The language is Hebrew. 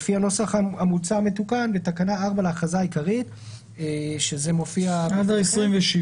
תיקון תקנה 4 בתקנה 4 להכרזה העיקרית במקום "ו'